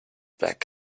back